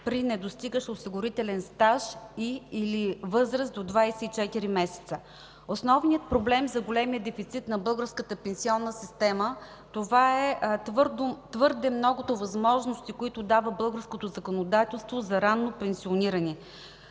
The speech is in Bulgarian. при недостигащ осигурителен стаж и/или възраст до 24 месеца. Основният проблем за големия дефицит на българската пенсионна система са твърде многото възможности, които дава българското законодателство за ранно пенсиониране.